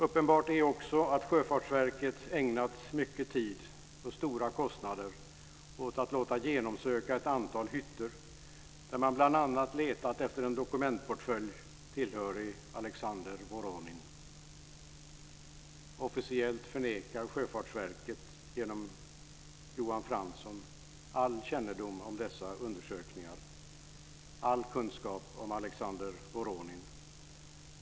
Uppenbart är också att Sjöfartsverket ägnat mycket tid och stora kostnader åt att låta genomsöka ett antal hytter, där man bl.a. letat efter en dokumentportfölj tillhörig Alexander Voronin. Officiellt förnekar Sjöfartsverket genom Johan Fransson all kännedom om dessa undersökningar, all kunskap om Alexander Voronin.